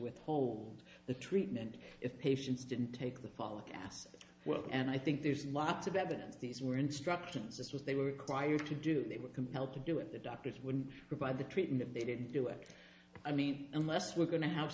withhold the treatment if patients didn't take the folic acid as well and i think there's lots of evidence these were instructions this was they were required to do they were compelled to do it the doctors wouldn't buy the treatment they didn't do it i mean unless we're going to have